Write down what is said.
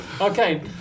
Okay